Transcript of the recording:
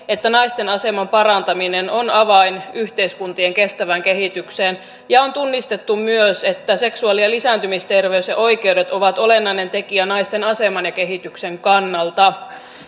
että naisten aseman parantaminen on avain yhteiskuntien kestävään kehitykseen ja on tunnistettu myös että seksuaali ja lisääntymisterveys ja oikeudet ovat olennainen tekijä naisten aseman ja kehityksen kannalta